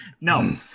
No